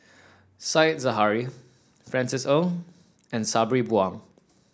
Said Zahari Francis Ng and Sabri Buang